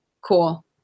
Cool